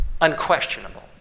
unquestionable